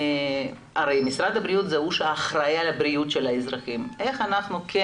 הרי משרד הבריאות הוא שאחראי על בריאות האזרחים איך אנחנו כן